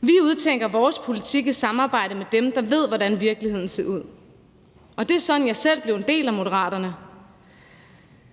Vi udtænker vores politik i samarbejde med dem, der ved, hvordan virkeligheden ser ud, og det er sådan, jeg selv blev en del af Moderaterne.